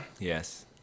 Yes